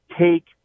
take